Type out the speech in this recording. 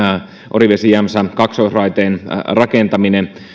orivesi jämsän kaksoisraiteen rakentaminen